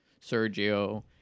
Sergio